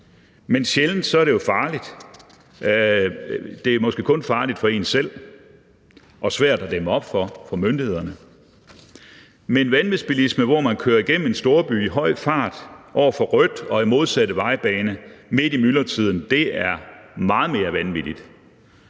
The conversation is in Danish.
jo sjældent farligt; det er måske kun farligt for en selv og svært at dæmme op for for myndighederne. Men vanvidsbilisme, hvor man kører igennem en storby i høj fart, over for rødt og i modsatte vejbane midt i myldretiden, er meget mere vanvittigt,